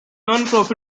profit